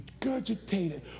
regurgitated